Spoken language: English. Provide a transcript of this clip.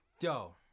Yo